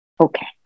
Okay